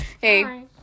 hey